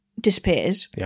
disappears